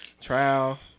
Trial